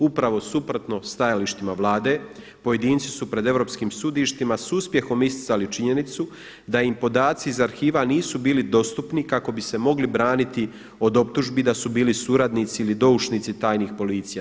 Upravo suprotno stajalištima Vlade pojedinci su pred europskih sudištima s uspjehom isticali činjenicu da im podaci iz arhiva nisu bili dostupni kako bi se mogli braniti od optužbi da su bili suradnici ili doušnici tajnih policija.